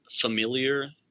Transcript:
familiar